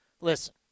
Listen